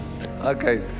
Okay